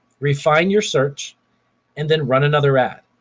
refine your search and then run another ad.